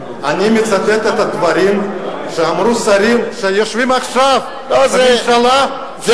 אני מצטט את הדברים שאמרו שרים שיושבים עכשיו בממשלה לידך,